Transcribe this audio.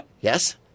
Yes